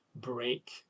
break